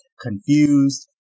confused